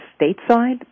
stateside